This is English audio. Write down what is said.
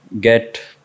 get